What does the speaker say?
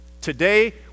Today